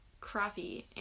crappy